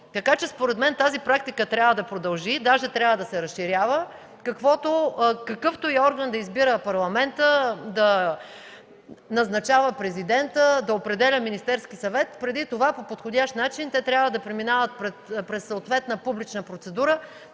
Така че според мен тази практика трябва да продължи, даже трябва да се разширява. Какъвто и орган да избира Парламентът и да назначава Президентът, да определя Министерският съвет, преди това по подходящ начин те трябва да преминават през съответна публична процедура,